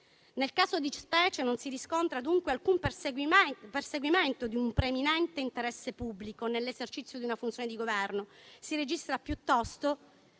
Nel caso di specie non si riscontra dunque alcun perseguimento di un preminente interesse pubblico nell'esercizio di una funzione di Governo. Si registra piuttosto,